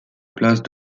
place